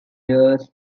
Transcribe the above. years